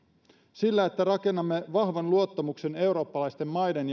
sillä että rakennamme vahvan luottamuksen eurooppalaisten maiden